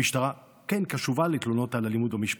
המשטרה כן קשובה לתלונות על אלימות במשפחה,